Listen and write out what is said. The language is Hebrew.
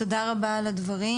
תודה רבה על הדברים